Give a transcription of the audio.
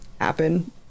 Happen